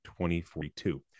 2042